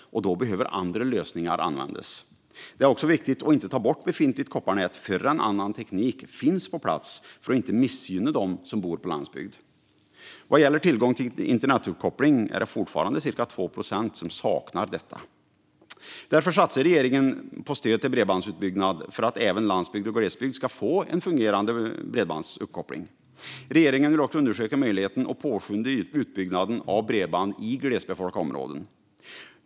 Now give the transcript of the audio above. Då behöver andra lösningar användas. Det är också viktigt att inte ta bort befintligt kopparnät förrän annan teknik finns på plats för att inte missgynna dem som bor på landsbygden. Vad gäller tillgång till internetuppkoppling är det fortfarande cirka 2 procent som saknar detta. Därför satsar regeringen på stöd till bredbandsutbyggnad för att även landsbygd och glesbygd ska få fungerande bredbandsuppkoppling. Regeringen vill också undersöka möjligheten att påskynda utbyggnaden av bredband i glesbefolkade områden.